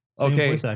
Okay